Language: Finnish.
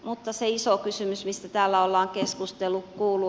mutta se iso kysymys mistä täällä ollaan keskusteltu kuuluu